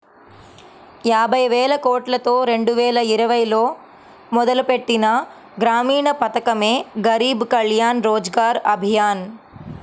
యాబైవేలకోట్లతో రెండువేల ఇరవైలో మొదలుపెట్టిన గ్రామీణ పథకమే గరీబ్ కళ్యాణ్ రోజ్గర్ అభియాన్